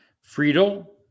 Friedel